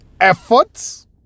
efforts